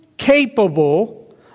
Capable